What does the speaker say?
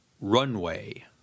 runway